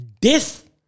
death